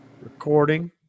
recording